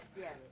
Yes